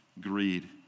greed